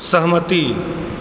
सहमति